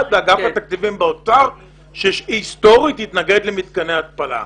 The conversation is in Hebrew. נולד באגף התקציבים במשרד האוצר שהיסטורית התנגד למתקני התפלה.